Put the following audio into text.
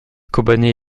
kobané